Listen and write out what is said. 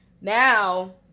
Now